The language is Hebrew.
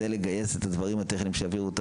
זה לגייס את הדברים הטכניים שיעבירו את